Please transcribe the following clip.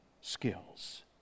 skills